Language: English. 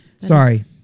sorry